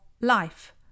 life